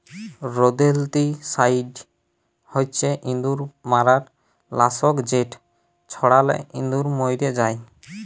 rodenticide হছে ইঁদুর মারার লাসক যেট ছড়ালে ইঁদুর মইরে যায়